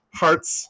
hearts